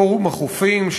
פורום החופים,